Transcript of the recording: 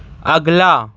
اگلا